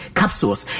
capsules